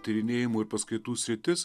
tyrinėjimų ir paskaitų sritis